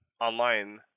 online